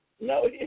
No